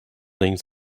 name